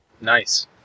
Nice